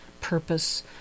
purpose